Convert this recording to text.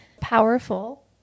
powerful